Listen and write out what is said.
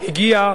הגיעה